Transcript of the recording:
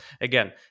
again